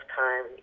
time